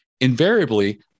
Invariably